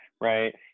right